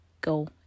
Go